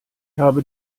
habe